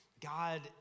God